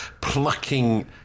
plucking